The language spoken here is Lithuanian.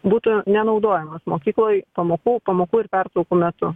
būtų nenaudojamas mokykloj pamokų pamokų ir pertraukų metu